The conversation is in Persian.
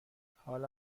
حالا